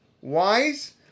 wise